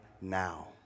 now